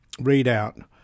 readout